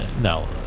no